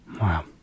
Wow